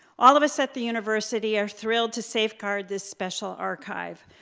all of us at the university are thrilled to safeguard this special archive,